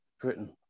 Britain